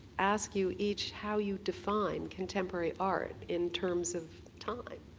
ask you each how you define contemporary art in terms of time.